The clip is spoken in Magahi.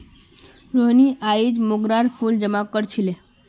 रोहिनी अयेज मोंगरार फूल जमा कर छीले